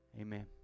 Amen